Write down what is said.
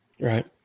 Right